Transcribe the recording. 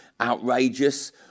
outrageous